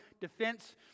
Defense